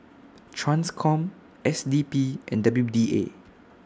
TRANSCOM S D P and W D A